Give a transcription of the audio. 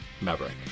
Maverick